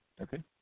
Okay